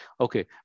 okay